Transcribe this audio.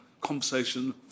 conversation